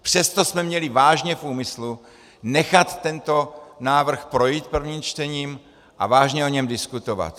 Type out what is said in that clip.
Přesto jsme měli vážně v úmyslu nechat tento návrh projít prvním čtením a vážně o něm diskutovat.